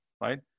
right